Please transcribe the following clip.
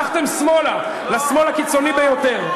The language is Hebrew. מה לעשות, אז חתכתם שמאלה, לשמאל הקיצוני ביותר.